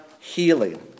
healing